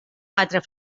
batre